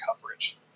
coverage